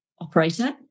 operator